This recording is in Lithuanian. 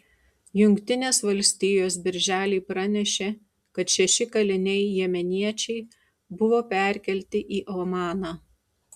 jungtinės valstijos birželį pranešė kad šeši kaliniai jemeniečiai buvo perkelti į omaną